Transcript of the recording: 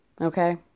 okay